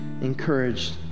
encouraged